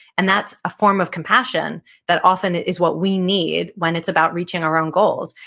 and that's a form of compassion that often is what we need when it's about reaching our own goals.